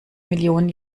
millionen